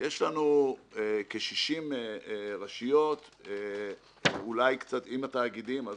יש לנו כ-60 רשויות, עם התאגידים אז